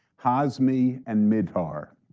hazmi and mihdhar,